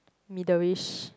middleish